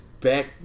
back